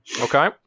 Okay